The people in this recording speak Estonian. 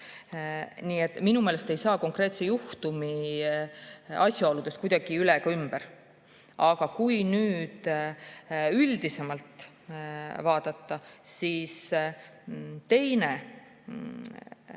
Nii et minu meelest ei saa konkreetse juhtumi asjaoludest kuidagi üle ega ümber. Aga kui üldisemalt vaadata, siis teine aspekt